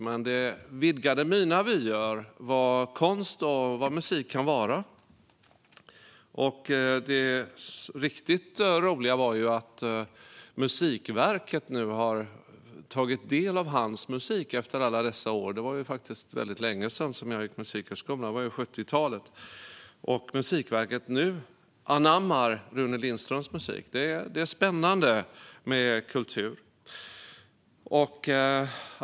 Men det vidgade mina vyer i fråga om vad konst och musik kan vara. Det riktigt roliga är att Musikverket nu har tagit del av hans musik efter alla dessa år. Det var ju länge sedan jag gick på musikhögskolan; det var på 70-talet. Nu anammar Musikverket Rune Lindblads musik. Det är spännande med kultur.